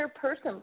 person